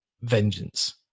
vengeance